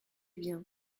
bien